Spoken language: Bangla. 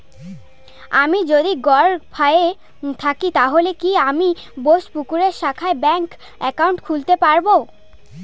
আমি যদি গরফায়ে থাকি তাহলে কি আমি বোসপুকুরের শাখায় ব্যঙ্ক একাউন্ট খুলতে পারবো?